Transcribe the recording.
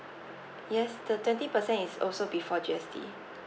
yes the twenty percent is also before G_S_T